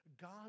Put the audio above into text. God